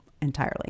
entirely